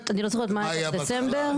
מה הייתה האסדרה בהתחלה?